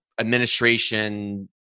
administration